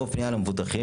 או פנייה למבוטחים,